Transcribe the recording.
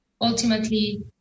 ultimately